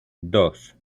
dos